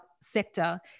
sector